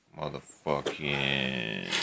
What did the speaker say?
Motherfucking